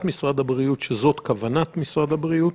משרד הבריאות שזאת כוונת משרד הבריאות.